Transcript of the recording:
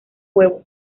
huevo